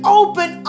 open